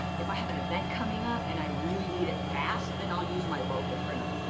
if i have an event coming up and i really need it fast, then i'll use my local printer.